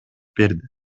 берди